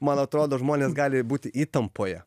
man atrodo žmonės gali būti įtampoje